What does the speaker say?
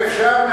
אם אפשר,